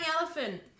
elephant